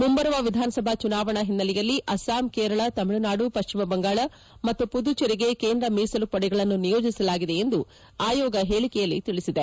ಮುಂಬರುವ ವಿಧಾನಸಭಾ ಚುನಾವಣಾ ಹಿನ್ನೆಲೆಯಲ್ಲಿ ಅಸ್ಸಾಂ ಕೇರಳ ತಮಿಳುನಾಡು ಪಶ್ಚಿಮಬಂಗಾಳ ಮತ್ತು ಪುದುಚೇರಿಗೆ ಕೇಂದ್ರ ಮೀಸಲು ಪಡೆಗಳನ್ನು ನಿಯೋಜಿಸಲಾಗಿದೆ ಎಂದು ಆಯೋಗ ಹೇಳಿಕೆಯಲ್ಲಿ ತಿಳಿಸಿದೆ